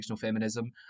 feminism